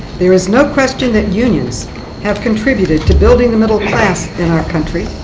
there is no question that unions have contributed to building the middle class in our country.